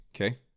Okay